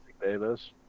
Davis